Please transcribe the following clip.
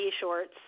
shorts